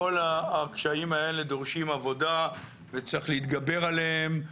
כל הקשיים האלה דורשים עבודה וצריך להתגבר עליהם,